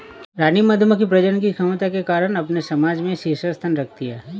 रानी मधुमक्खी प्रजनन की क्षमता के कारण अपने समाज में शीर्ष स्थान रखती है